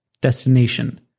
destination